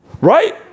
Right